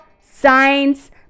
science